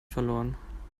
verloren